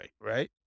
right